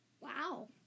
Wow